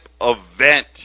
event